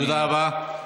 תודה רבה.